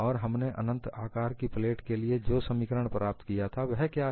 और हमने अनंत आकार की प्लेट के लिए जो समीकरण प्राप्त किया था वह क्या है